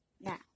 Now